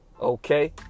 Okay